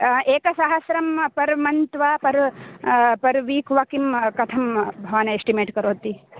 एकसहस्रं per month वा per per week वा किं कथं भवान् एस्टिमेट् करोति